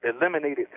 eliminated